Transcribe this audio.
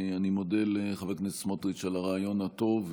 אני מודה לחבר הכנסת סמוטריץ' על הרעיון הטוב,